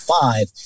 five